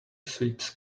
sweeps